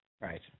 Right